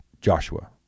Joshua